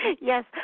Yes